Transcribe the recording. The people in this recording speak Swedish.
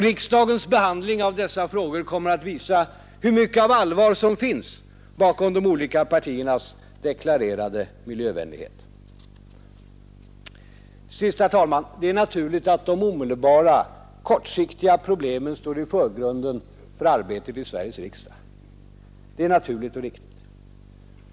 Riksdagens behandling av dessa frågor kommer att visa hur mycket av allvar som finns bakom de olika partiernas deklarerade miljövänlighet. Herr talman! De omedelbara, kortsiktiga problemen står i förgrunden för arbetet i Sveriges riksdag. Det är naturligt och riktigt.